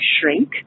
shrink